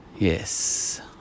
Yes